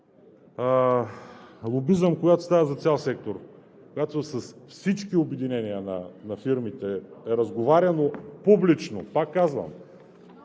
Лобизъм?! Когато става за цял сектор, когато с всички обединения на фирмите е разговаряно публично, пак казвам,